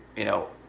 you know,